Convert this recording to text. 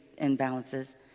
imbalances